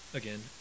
again